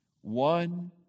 one